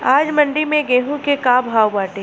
आज मंडी में गेहूँ के का भाव बाटे?